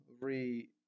re